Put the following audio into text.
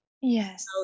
Yes